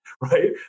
right